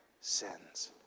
sins